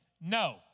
No